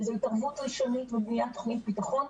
שזו התערבות ראשונית ובניית תוכנית ביטחון,